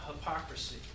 hypocrisy